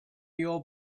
your